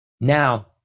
now